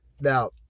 Now